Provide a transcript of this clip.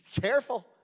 Careful